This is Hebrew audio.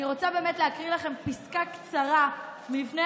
אני רוצה להקריא לכם פסקה קצרה מלפני